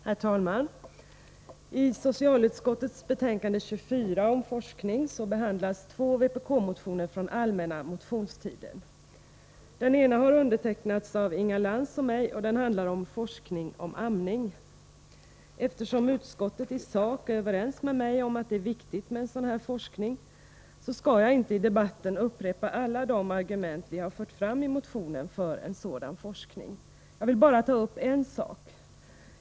Herr talman! I socialutskottets betänkande 24 om forskning behandlas två vpk-motioner från allmänna motionstiden. Den ena har undertecknats av Inga Lantz och mig och den handlar om forskning om amning. Eftersom utskottet i sak är överens med mig om att det är viktigt med en sådan här forskning, skall jag inte i debatten upprepa alla de argument vi har fört fram i motionen för en sådan forskning. Jag vill bara ta upp en sak.